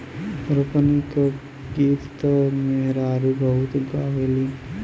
रोपनी क गीत त मेहरारू बहुते गावेलीन